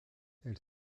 elle